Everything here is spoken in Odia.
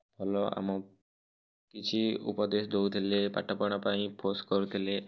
ଭଲ ଆମ କିଛି ଉପଦେଶ ଦେଉଥିଲେ ପାଠପଢ଼ା ପାଇଁ ଫୋର୍ସ କରୁ ଥିଲେ